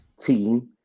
team